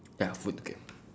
ya food okay